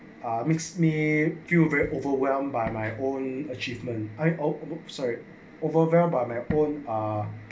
uh makes me feel very overwhelmed by my own achievement I o~ sorry overwhelmed by my phone ah